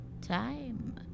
time